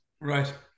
Right